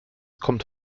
kommt